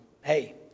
hey